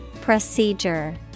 Procedure